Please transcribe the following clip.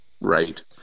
Right